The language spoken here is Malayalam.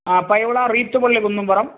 ആ പയോള റീത്ത് പള്ളി കുന്നുംപുറം